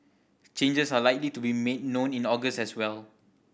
changes are likely to be made known in August as well